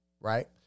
right